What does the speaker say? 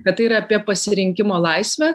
kad tai yra apie pasirinkimo laisvę